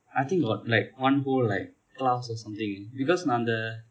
I think got like one whole like class or something because நான் அந்த:naan antha